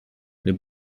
les